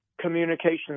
communication